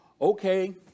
Okay